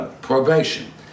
probation